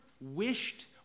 wished